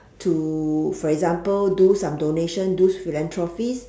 to for example do some donations those philanthropist